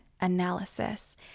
analysis